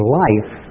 life